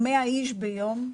100 איש ביום.